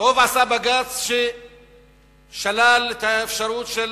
טוב עשה בג"ץ ששלל את האפשרות של